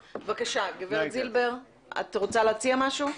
בבקשה, גב' זילבר, את רוצה להציע משהו?